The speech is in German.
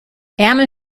ärmel